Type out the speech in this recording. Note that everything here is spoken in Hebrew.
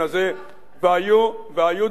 והיו דברים מעולם,